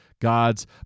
God's